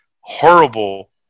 horrible